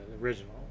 original